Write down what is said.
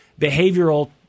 behavioral